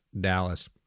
Dallas